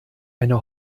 eine